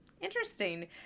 Interesting